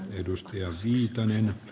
arvoisa herra puhemies